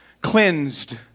cleansed